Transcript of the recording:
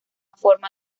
forma